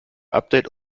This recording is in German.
update